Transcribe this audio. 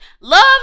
love